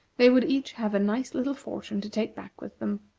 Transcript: they would each have a nice little fortune to take back with them.